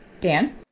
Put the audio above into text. dan